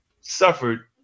suffered